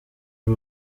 ari